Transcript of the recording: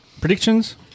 Predictions